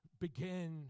begin